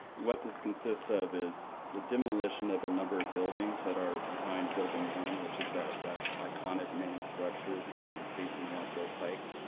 what this consists of is the demolition of a number of buildings that are behind building one, which is that that iconic main structure facing rockville pike.